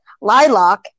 lilac